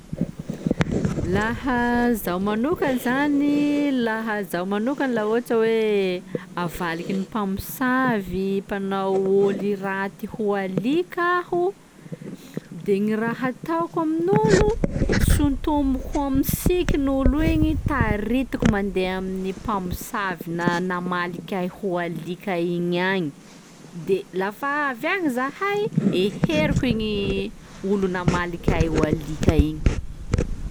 Laha zaho manoka zany- laha zaho manokany laha ohatsy hoe avaliky ny mpamosavy mpanao ôly raty ho alika aho de gny raha ataoko amin'olo, sontomiko amy sikiny olo igny taritiko mandeha amin'ny mpamosavy na- namalika ahy ho alika igny agny; de lafa avy agny zahay, heheriko igny olo namalika ahy ho alika igny.